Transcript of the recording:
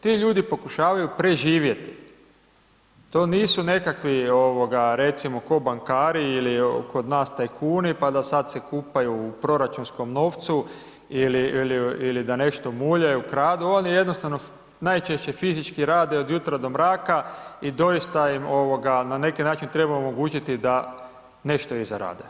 Ti ljudi pokušavaju preživjeti, to nisu nekakvi recimo ko bankari ili kod nas tajkuni, pa da sad se kupaju u proračunskom novcu ili da nešto muljaju, kradu, oni jednostavno najčešće fizički rade od jutra do mraka i doista im na neki način treba omogućiti da nešto i zarade.